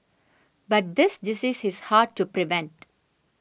but this disease is hard to prevent